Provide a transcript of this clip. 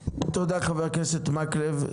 תודה, חבר הכנסת מקלב.